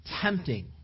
tempting